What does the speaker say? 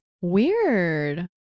Weird